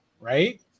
Right